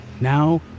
now